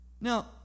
Now